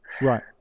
right